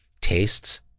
tastes